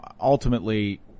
ultimately